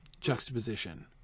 juxtaposition